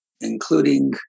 including